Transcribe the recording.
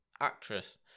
actress